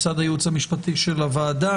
מצד הייעוץ המשפטי של הוועדה.